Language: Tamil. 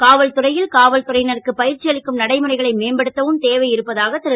காவல்துறை ல் காவல்துறை னருக்கு ப ற்சி அளிக்கும் அளிக்கும் நடைமுறைகளை மேம்படுத்தவும் தேவை இருப்பதாக ரு